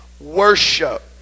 worship